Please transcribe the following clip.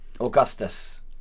Augustus